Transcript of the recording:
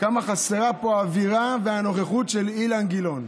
כמה חסרה פה האווירה והנוכחות של אילן גילאון.